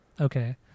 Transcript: Okay